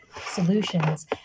solutions